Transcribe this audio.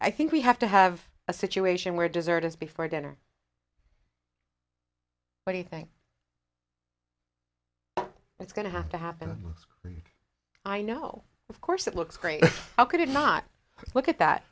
i think we have to have a situation where dessert is before dinner what do you think it's going to have to happen to us i know of course it looks great how could it not look at that